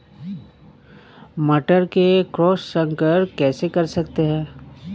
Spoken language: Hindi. मटर में क्रॉस संकर कैसे कर सकते हैं?